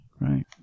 Right